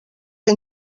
que